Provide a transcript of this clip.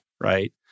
right